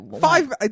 five